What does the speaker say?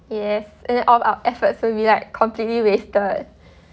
yes and all our efforts will be like completely wasted